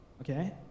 Okay